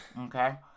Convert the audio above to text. Okay